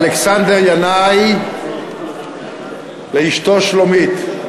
אלכסנדר ינאי לאשתו שלומית: